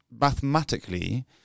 mathematically